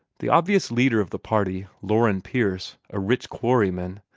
the obvious leader of the party, loren pierce, a rich quarryman,